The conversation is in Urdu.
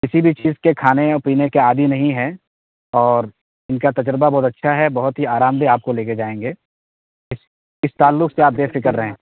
کسی بھی چیز کے کھانے یا پینے کے عادی نہیں ہیں اور ان کا تجربہ بہت اچھا ہے بہت ہی آرامدہ آپ کو لے کے جائیں گے اس اس تعلق سے آپ بےفکر رہیں